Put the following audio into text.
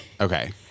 Okay